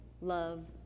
love